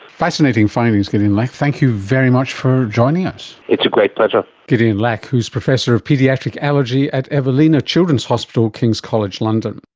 fascinating findings, gideon lack, thank you very much for joining us. it's a great pleasure. gideon lack, who is professor of paediatric allergy at evelina children's hospital at king's college london